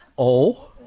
oh